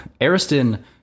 Ariston